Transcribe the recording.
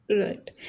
Right